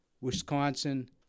Wisconsin